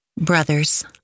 Brothers